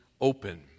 open